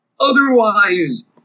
Otherwise